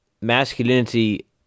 masculinity